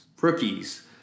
rookies